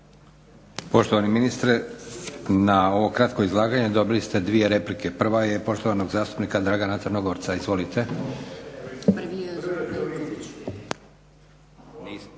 Poštovani ministre na ovo kratko izlaganje dobili ste dvije replike. Prva je poštovanog zastupnika Dragana Crnogorca. Izvolite.